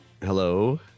Hello